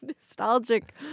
nostalgic